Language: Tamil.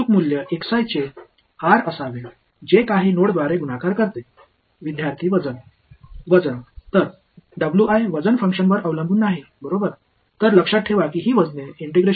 முதல் வெளிப்பாடு சில நோடுகளில் பெருக்கப்படும் செயல்பாட்டின் மதிப்பு r இன் ஆக இருக்க வேண்டும்